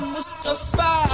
Mustafa